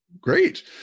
great